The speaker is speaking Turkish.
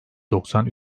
doksan